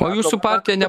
o jūsų partija ne